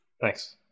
Thanks